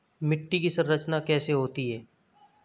मिट्टी की संरचना कैसे होती है?